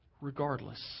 regardless